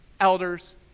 elders